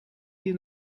did